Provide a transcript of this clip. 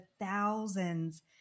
thousands